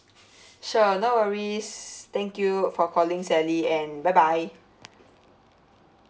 sure no worries thank you for calling sally and bye bye